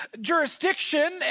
jurisdiction